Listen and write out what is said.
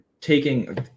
taking